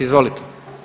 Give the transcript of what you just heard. Izvolite.